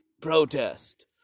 protest